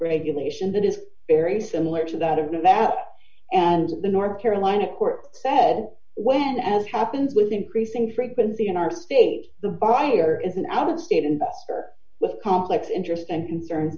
regulation that is very similar to that of that and the north carolina court said when as happens with increasing frequency in our state the buyer is an out of state investor with complex interests and concern